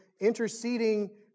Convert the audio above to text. interceding